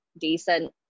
decent